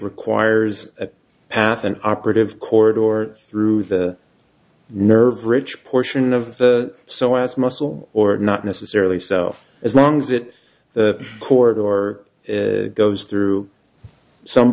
requires a path an operative cord or through the nerve rich portion of the so as muscle or not necessarily so as long as it the court or goes through some